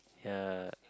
ya